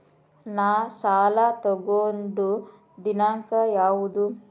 ನಾ ಸಾಲ ತಗೊಂಡು ದಿನಾಂಕ ಯಾವುದು?